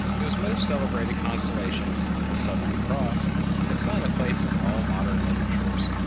whose most celebrated constellation, the southern cross has found a place in all modern literatures,